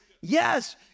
yes